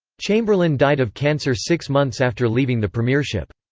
chamberlain died of cancer six months after leaving the premiership.